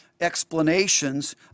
explanations